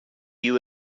you